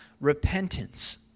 repentance